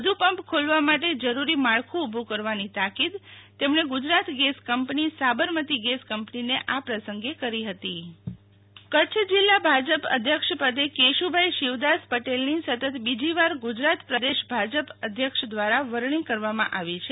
વધુ પંપ ખોલવા માટે જરૂરી માળખુ ઉભુ કરવા્મી તાકીદ તેમણે Gujarat gas company Sabarmati gas કંપનીને આ પ્રસંગે કરી હતી શીતલ વૈશ્નવ ભાજપ અધ્યક્ષ કેશુ ભાઈ પટેલ કચ્છ જિલ્લા ભાજપ અધ્યક્ષપદે કેશુભાઈ શિવદાસ પટેલની સતત બીજીવાર ગુજરાત પ્રદેશ ભાજપ અધ્યક્ષ દ્રારા વરણી કરવામાં આવી છે